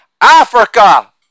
Africa